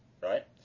right